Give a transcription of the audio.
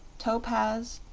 topaz,